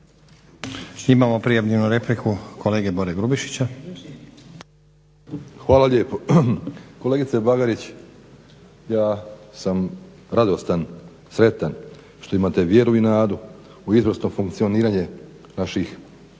Imamo prijavljenu repliku kolege Bore Grubišića. **Grubišić, Boro (HDSSB)** Hvala lijepo. Kolegice Bagarić, ja sam radostan, sretan što imate vjeru i nadu u izvrsno funkcioniranje naših